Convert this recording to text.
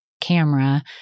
camera